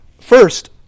First